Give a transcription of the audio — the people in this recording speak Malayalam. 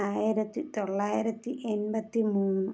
ആയിരത്തി തൊള്ളായിരത്തി എൺപത്തി മൂന്ന്